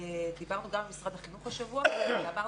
דיברנו גם עם משרד החינוך השבוע ואמרנו